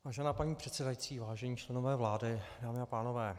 Vážená paní předsedající, vážení členové vlády, dámy a pánové.